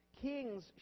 Kings